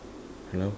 hello